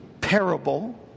parable